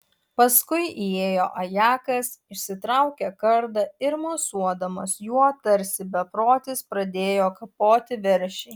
paskui įėjo ajakas išsitraukė kardą ir mosuodamas juo tarsi beprotis pradėjo kapoti veršį